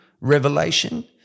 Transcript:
revelation